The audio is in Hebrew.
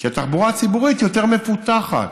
כי התחבורה הציבורית יותר מפותחת.